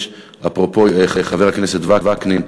אפרופו, חבר הכנסת וקנין,